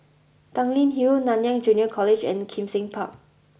Tanglin Hill Nanyang Junior College and Kim Seng Park